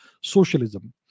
socialism